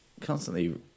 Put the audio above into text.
constantly